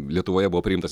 lietuvoje buvo priimtas